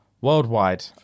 worldwide